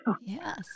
Yes